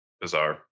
Bizarre